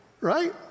right